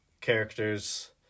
characters